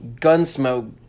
Gunsmoke